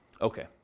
Okay